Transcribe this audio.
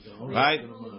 right